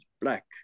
black